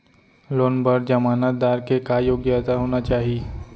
Loan बर जमानतदार के का योग्यता होना चाही?